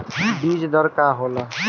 बीज दर का होला?